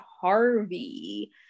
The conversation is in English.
Harvey